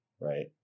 right